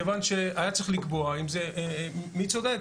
מכיוון שהיה צריך לקבוע מי צודק.